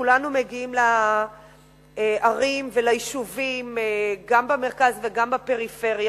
וכולנו מגיעים לערים וליישובים גם במרכז וגם בפריפריה,